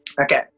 okay